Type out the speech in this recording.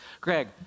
Greg